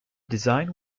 design